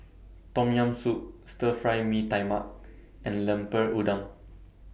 Tom Yam Soup Stir Fry Mee Tai Mak and Lemper Udang